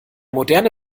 moderne